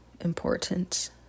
important